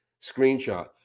screenshot